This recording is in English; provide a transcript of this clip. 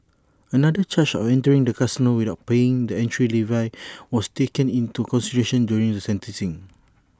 another charge of entering the casino without paying the entry levy was taken into consideration during the sentencing